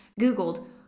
Googled